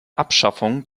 abschaffung